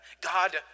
God